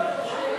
שמית,